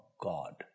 God